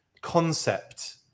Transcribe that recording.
concept